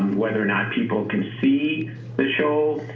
whether or not people can see the show?